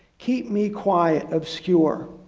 keep me quiet, obscure,